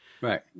Right